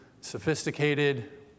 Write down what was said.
sophisticated